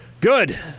Good